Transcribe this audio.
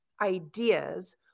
ideas